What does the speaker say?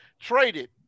traded